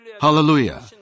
Hallelujah